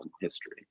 history